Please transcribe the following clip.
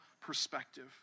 perspective